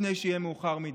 לפני שיהיה מאוחר מדי.